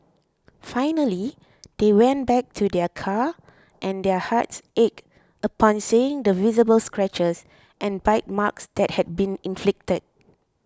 finally they went back to their car and their hearts ached upon seeing the visible scratches and bite marks that had been inflicted